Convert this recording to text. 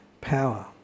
power